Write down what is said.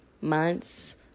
months